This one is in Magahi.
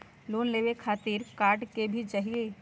लोन लेवे खातिरआधार कार्ड भी चाहियो?